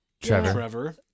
trevor